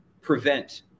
prevent